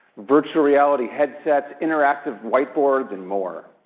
virtual reality headsets, interactive whiteboards, and more.